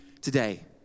today